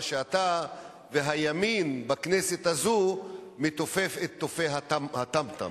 מה שאתה והימין בכנסת הזאת מתופפים בתופי הטם-טם,